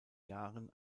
jahren